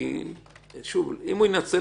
שוב, אמרתי